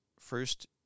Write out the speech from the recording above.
first